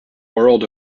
world